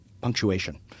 punctuation